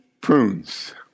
prunes